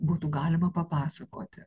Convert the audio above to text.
būtų galima papasakoti